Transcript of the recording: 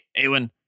Awen